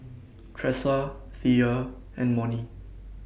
Tressa Thea and Monnie